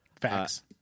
Facts